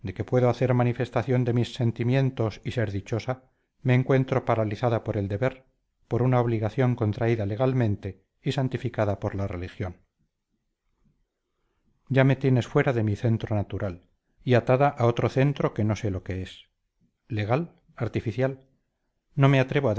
que puedo hacer manifestación de mis sentimientos y ser dichosa me encuentro paralizada por el deber por una obligación contraída legalmente y santificada por la religión ya me tienes fuera de mi centro natural y atada a otro centro que no sé lo que es legal artificial no me atrevo a